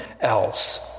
else